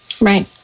Right